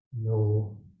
no